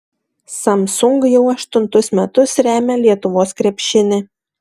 samsung jau aštuntus metus remia lietuvos krepšinį